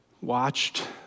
watched